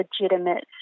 legitimate